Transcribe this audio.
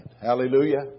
Hallelujah